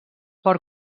port